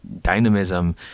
dynamism